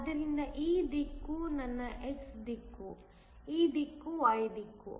ಆದ್ದರಿಂದ ಈ ದಿಕ್ಕು ನನ್ನ x ದಿಕ್ಕು ಈ ದಿಕ್ಕು y ದಿಕ್ಕು